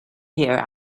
here